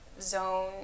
zone